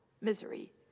Misery